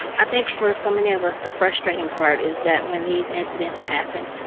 i think for so many of us the frustrating part is that when these incidents happen,